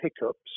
hiccups